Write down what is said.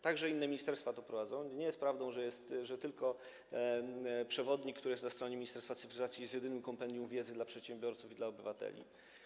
Także inne ministerstwa to prowadzą i nie jest prawdą, że przewodnik, który jest na stronie Ministerstwa Cyfryzacji, jest jedynym kompendium wiedzy dla przedsiębiorców i obywateli.